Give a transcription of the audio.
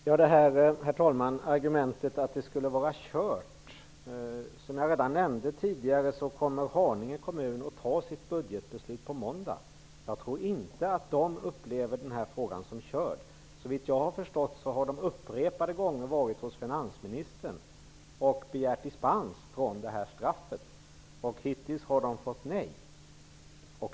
Herr talman! Arne Kjörnsberg kommer med argumentet att det skulle vara kört. Som jag redan tidigare nämnt kommer Haninge kommun att fatta sitt budgetbeslut på måndag. Jag tror inte att Haninge kommun upplever att det är kört. Såvitt jag har förstått har representanter för Haninge kommun upprepade gånger varit hos finansministern och begärt dispens från detta straff. Hittills har de fått nej.